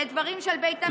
לדברים של בית המשפט,